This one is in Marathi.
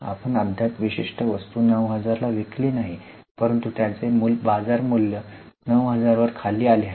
आपण अद्याप विशिष्ट वस्तू 9000 ला विकली नाही परंतु त्याचे बाजार मूल्य 9000 वर खाली आले आहे